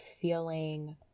feeling